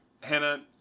Hannah